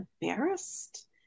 embarrassed